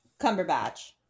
Cumberbatch